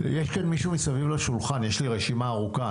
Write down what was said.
יש כאן מישהו מסביב לשולחן יש לי רשימה ארוכה,